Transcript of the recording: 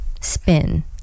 spin